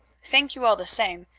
thank you all the same,